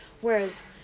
Whereas